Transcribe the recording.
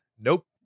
nope